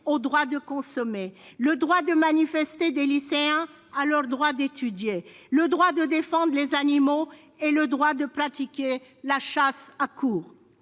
le droit de consommer, le droit de manifester des lycéens et leur droit d'étudier, le droit de défendre les animaux et le droit de pratiquer la chasse à courre.